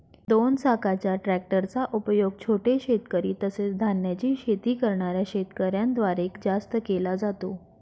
दोन चाकाच्या ट्रॅक्टर चा उपयोग छोटे शेतकरी, तसेच धान्याची शेती करणाऱ्या शेतकऱ्यांन द्वारे जास्त केला जातो